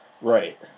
Right